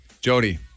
Jody